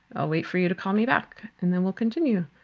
i'll wait for you to call me back, and then we'll continue.